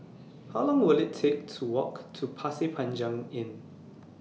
How Long Will IT Take to Walk to Pasir Panjang Inn